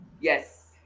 yes